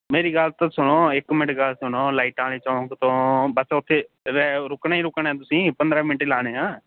ਮੇਰੀ ਗੱਲ ਤਾਂ ਸੁਣੋ ਇੱਕ ਮਿੰਟ ਗੱਲ ਸੁਣੋ ਲਾਈਟਾਂ ਆਲੇ ਚੌਂਕ ਤੋਂ ਬਸ ਓਥੇ ਰੁੱਕਣਾ ਈ ਰੁੱਕਣਾ ਤੁਸੀਂ ਪੰਦਰਾਂ ਮਿੰਟ ਈ ਲਾਣੇ ਐ